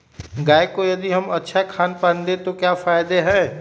गाय को यदि हम अच्छा खानपान दें तो क्या फायदे हैं?